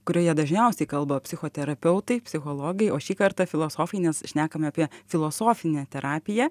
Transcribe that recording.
kurioje dažniausiai kalba psichoterapeutai psichologai o šį kartą filosofai nes šnekam apie filosofinę terapiją